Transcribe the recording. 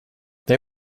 they